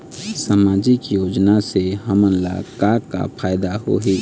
सामाजिक योजना से हमन ला का का फायदा होही?